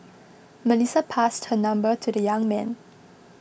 Melissa passed her number to the young man